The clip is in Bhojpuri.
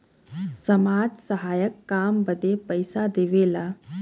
समाज सहायक काम बदे पइसा देवेला